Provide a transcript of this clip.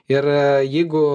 ir jeigu